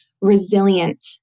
resilient